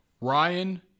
Ryan